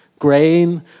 grain